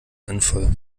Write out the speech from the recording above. sinnvoll